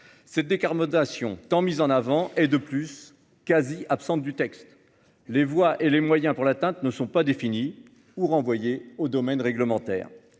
La décarbonation, qui est tant mise en avant, est de plus quasi absente du texte. Les voies et les moyens pour l'atteindre ne sont pas définis ou sont renvoyés au domaine réglementaire.